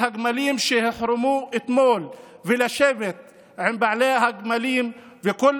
הגמלים שהוחרמו אתמול ולשבת עם בעלי הגמלים וכל